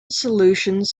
solutions